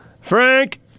Frank